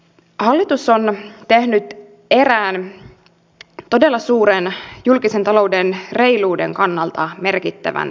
hallitus on tehnyt erään todella suuren julkisen talouden reiluuden kannalta merkittävän teon